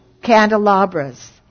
Candelabras